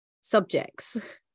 subjects